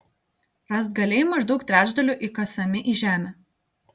rąstgaliai maždaug trečdaliu įkasami į žemę